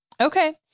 Okay